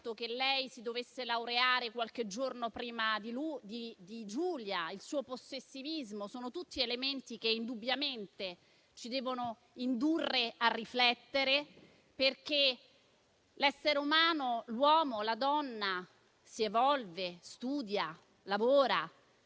che lei si dovesse laureare qualche giorno prima di lui, la sua possessività sono tutti elementi che indubbiamente ci devono indurre a riflettere. L'essere umano - l'uomo, la donna - si evolve, studia, lavora